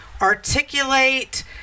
articulate